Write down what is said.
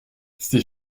ses